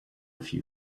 few